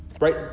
Right